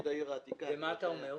מה אתה אומר?